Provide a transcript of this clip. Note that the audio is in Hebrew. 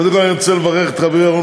קודם כול אני רוצה לברך את חברי ירון